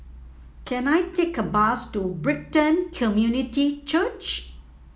can I take a bus to Brighton Community Church